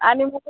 आणि मग